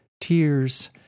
Tears